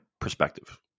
perspective